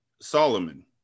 Solomon